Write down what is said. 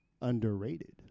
underrated